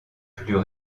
plus